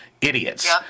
idiots